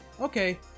okay